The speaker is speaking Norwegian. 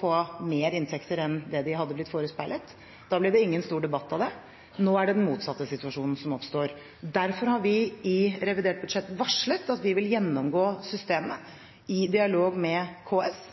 få mer inntekter enn det de hadde blitt forespeilet. Da ble det ingen stor debatt av det. Nå er det den motsatte situasjonen som oppstår. Derfor har vi i revidert budsjett varslet at vi vil gjennomgå systemet, i dialog med KS,